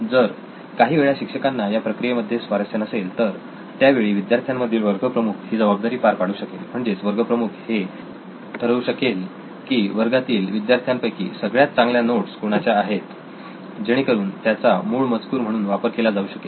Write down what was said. जर काही वेळा शिक्षकांना या प्रक्रियेमध्ये स्वारस्य नसेल तर त्यावेळी विद्यार्थ्यांमधील वर्ग प्रमुख ही जबाबदारी पार पाडू शकेल म्हणजेच वर्ग प्रमुख हे ठरवू शकेल की वर्गातील विद्यार्थ्यांपैकी सगळ्यात चांगल्या नोट्स कुणाच्या आहेत जेणेकरून त्याचा मूळ मजकूर म्हणून वापर केला जाऊ शकेल